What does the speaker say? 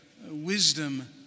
wisdom